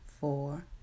four